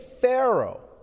Pharaoh